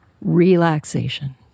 relaxation